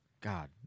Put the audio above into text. God